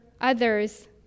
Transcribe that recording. others